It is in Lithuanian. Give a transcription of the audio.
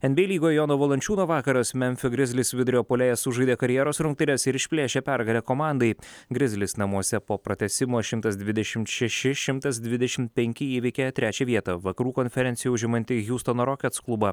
nba lygoj jono valančiūno vakaras memfio grizzlies vidurio puolėjas sužaidė karjeros rungtynes ir išplėšė pergalę komandai grizzlies namuose po pratęsimo šimtas dvidešimt šeši šimtas dvidešimt penki įveikė trečią vietą vakarų konferencijoje užimantį hiustono rockets klubą